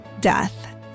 death